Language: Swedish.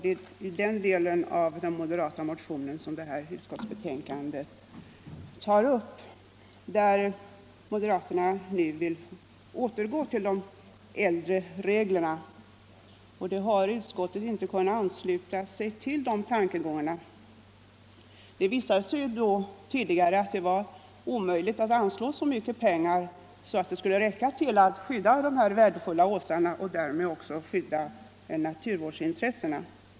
Det är den delen av den moderata motionen som det här utskottsbetänkandet tar upp, och det är där moderaterna nu vill återgå till de äldre reglerna. Utskottet har inte kunnat ansluta sig till de tankegångarna. Det visade sig tidigare att det var omöjligt att anslå så mycket pengar att det skulle räcka till att skydda de här värdefulla åsarna och därmed även naturvårdsintressena.